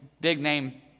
big-name